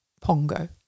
Pongo